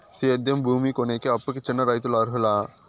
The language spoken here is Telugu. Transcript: సేద్యం భూమి కొనేకి, అప్పుకి చిన్న రైతులు అర్హులా?